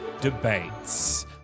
Debates